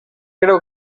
creu